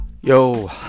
Yo